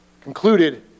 concluded